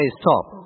stop